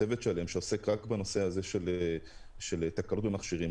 צוות שלם שעוסק רק בנושא של תקלות במכשירים.